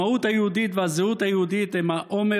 המהות היהודית והזהות היהודית הן האומר